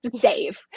Dave